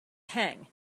hang